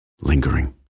lingering